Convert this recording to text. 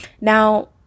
Now